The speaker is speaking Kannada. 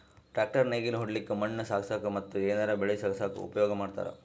ಟ್ರ್ಯಾಕ್ಟರ್ ನೇಗಿಲ್ ಹೊಡ್ಲಿಕ್ಕ್ ಮಣ್ಣ್ ಸಾಗಸಕ್ಕ ಮತ್ತ್ ಏನರೆ ಬೆಳಿ ಸಾಗಸಕ್ಕ್ ಉಪಯೋಗ್ ಮಾಡ್ತಾರ್